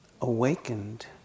Awakened